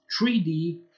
3D